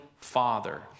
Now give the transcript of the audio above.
Father